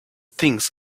things